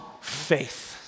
faith